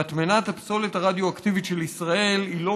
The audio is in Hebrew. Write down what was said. מטמנת הפסולת הרדיואקטיבית של ישראל היא לא